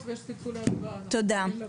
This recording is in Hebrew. תודה.